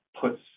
puts